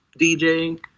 DJing